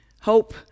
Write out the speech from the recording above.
Hope